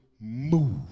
move